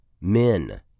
men